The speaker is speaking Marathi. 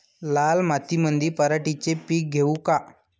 लाल मातीमंदी पराटीचे पीक घेऊ का?